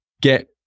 get